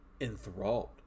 enthralled